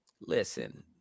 Listen